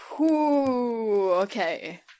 Okay